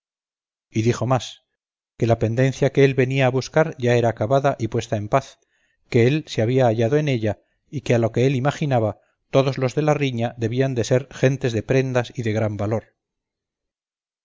y dijo más que la pendencia que él venía a buscar ya era acabada y puesta en paz que él se había hallado en ella y que a lo que él imaginaba todos los de la riña debían de ser gentes de prendas y de gran valor